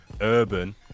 urban